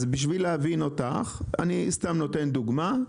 אז בשביל להבין אותך אני סתם נותן דוגמה: